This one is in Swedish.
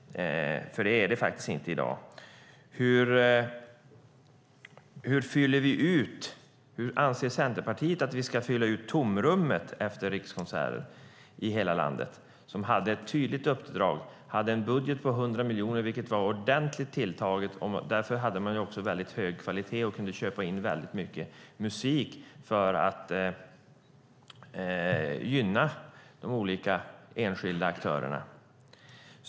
Det är det faktiskt inte i dag. Hur anser Centerpartiet att vi ska fylla ut tomrummet efter Rikskonserter i hela landet? Rikskonserter hade ett tydligt uppdrag och en budget på 100 miljoner, vilket var ordentligt tilltaget, och därför hade man också väldigt hög kvalitet och kunde köpa in väldigt mycket musik för att gynna de olika enskilda aktörerna.